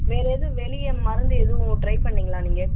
வேறு எதுவும் வெளியே மருந்து எதுவும் ட்ரை பண்ணிங்களா நீங்கள்